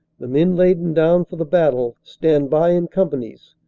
the men laden down for the battle, stand by in companies,